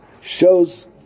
shows